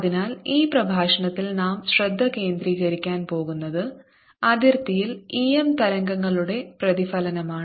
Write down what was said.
അതിനാൽ ഈ പ്രഭാഷണത്തിൽ നാം ശ്രദ്ധ കേന്ദ്രീകരിക്കാൻ പോകുന്നത് അതിർത്തിയിൽ ഈ എം തരംഗങ്ങളുടെ പ്രതിഫലനമാണ്